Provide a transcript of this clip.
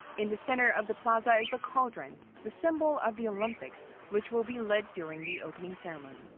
in the center of the plaza is the cauldron the symbol of the olympics which will be lit during the opening ceremony.